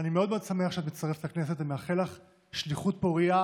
אני מאוד מאוד שמח שאת מצטרפת לכנסת ומאחל לך שליחות פורייה,